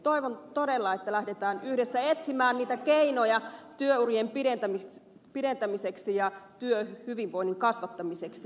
toivon todella että lähdetään yhdessä etsimään niitä keinoja työurien pidentämiseksi ja työhyvinvoinnin kasvattamiseksi